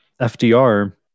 FDR